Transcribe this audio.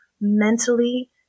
mentally